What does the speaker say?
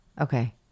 Okay